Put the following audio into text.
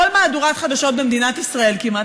כל מהדורת חדשות במדינת ישראל כמעט